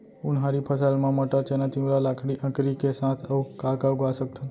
उनहारी फसल मा मटर, चना, तिंवरा, लाखड़ी, अंकरी के साथ अऊ का का उगा सकथन?